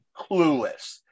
clueless